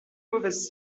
mauvaise